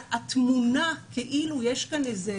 התמונה כאילו יש כאן איזה